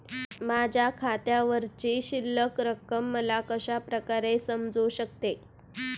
माझ्या खात्यावरची शिल्लक रक्कम मला कशा प्रकारे समजू शकते?